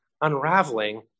unraveling